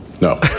No